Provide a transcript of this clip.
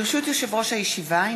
ברשות יושב-ראש הישיבה,